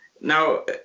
now